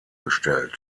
gestellt